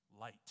light